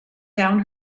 down